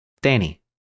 Danny